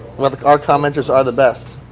like like our commenters are the best.